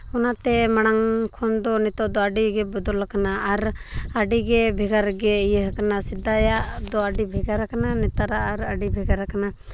ᱚᱱᱟᱛᱮ ᱢᱟᱲᱟᱝ ᱠᱷᱚᱱ ᱫᱚ ᱱᱤᱛᱚᱜ ᱫᱚ ᱟᱹᱰᱤ ᱜᱮ ᱵᱚᱫᱚᱞ ᱠᱟᱱᱟ ᱟᱨ ᱟᱹᱰᱤᱜᱮ ᱵᱷᱮᱜᱟᱨ ᱜᱮ ᱤᱭᱟᱹ ᱠᱟᱱᱟ ᱥᱮᱫᱟᱭᱟᱜ ᱫᱚ ᱟᱹᱰᱤ ᱵᱷᱮᱜᱟᱨ ᱠᱟᱱᱟ ᱱᱮᱛᱟᱨ ᱫᱚ ᱟᱹᱰᱤ ᱵᱷᱮᱜᱟᱨ ᱠᱟᱱᱟ